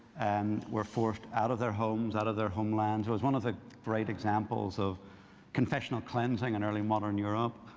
and were forced out of their homes, out of their homelands. it was one of the great examples of confessional cleansing in early modern europe.